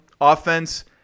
offense